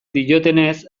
diotenez